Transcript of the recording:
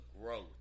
growth